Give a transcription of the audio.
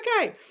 okay